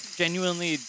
genuinely